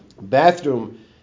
bathroom